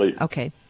Okay